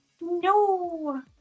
No